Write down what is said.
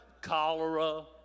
Cholera